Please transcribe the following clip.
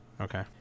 Okay